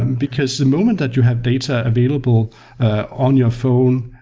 and because the moment that you have data available ah on your phone,